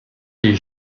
les